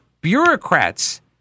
bureaucrats